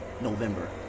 November